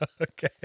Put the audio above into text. Okay